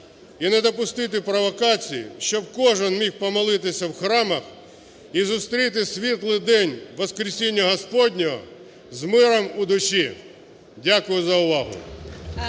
і не допустити провокацій, щоб кожен міг помолитися в храмах і зустріти Світлий день Воскресіння Господнього з миром у душі. Дякую за увагу.